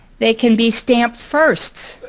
they can be stamp firsts,